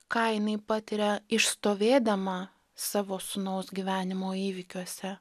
ką jinai patiria išstovėdama savo sūnaus gyvenimo įvykiuose